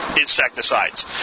insecticides